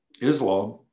Islam